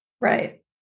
Right